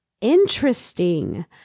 Interesting